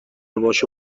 باشه